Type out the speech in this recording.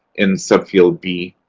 in subfield b.